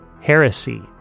heresy